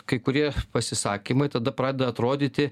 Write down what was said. kai kurie pasisakymai tada pradeda atrodyti